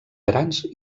grans